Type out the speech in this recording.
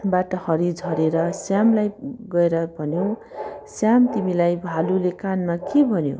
बाट हरि झरेर श्यामलाई गएर भन्यो श्याम तिमीलाई भालुले कानमा के भन्यो